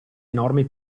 enormi